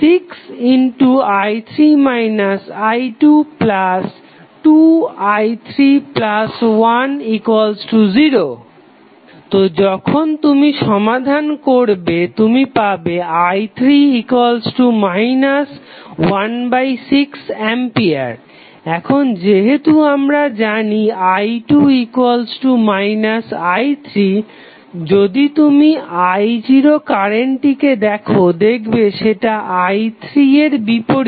6i3 i22i310 তো যখন তুমি সমাধান করবে তুমি পাবে i3 16A এখন যেহেতু আমরা জানি i2 i3 যদি তুমি i0 কারেন্টটিকে দেখো দেখবে সেটা i3 এর বিপরীতে